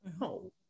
No